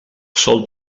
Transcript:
sol